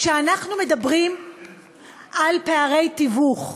כשאנחנו מדברים על פערי תיווך,